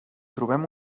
trobem